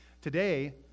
Today